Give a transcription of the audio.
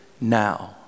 now